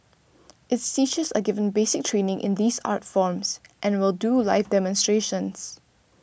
its teachers are given basic training in these art forms and will do live demonstrations